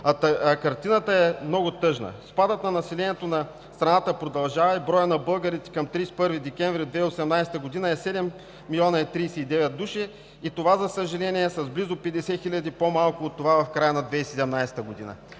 картината е много тъжна – спадът на населението на страната продължава и броят на българите към 31 декември 2018 г. е седем милиона и тридесет и девет души и това, за съжаление, е с близо 50 хиляди по-малко от това в края на 2017 г.